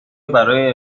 برای